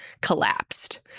collapsed